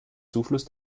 zufluss